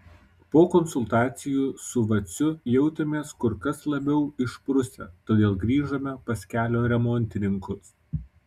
po konsultacijų su vaciu jautėmės kur kas labiau išprusę todėl grįžome pas kelio remontininkus